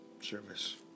Service